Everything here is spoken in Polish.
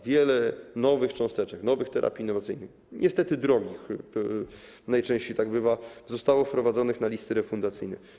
Wiele nowych cząsteczek, nowych terapii innowacyjnych, niestety najczęściej drogich, tak bywa, zostało wprowadzonych na listy refundacyjne.